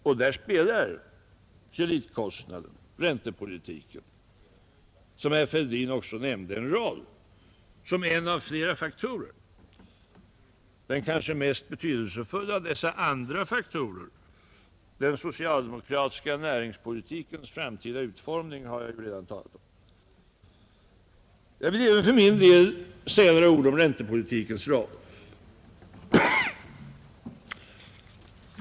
Och här spelar kreditkostnaden, räntepolitiken, såsom herr Fälldin också nämnde, en roll såsom en av flera faktorer. Den kanske mest betydelsefulla av dessa andra faktorer, den socialdemokratiska näringspolitikens framtida utformning, har jag redan talat om. Jag vill även för min del säga några ord om räntepolitikens roll.